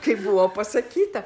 kaip buvo pasakyta